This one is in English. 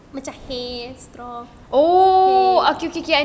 macam hay straw hay